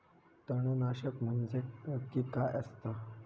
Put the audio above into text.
तणनाशक म्हंजे नक्की काय असता?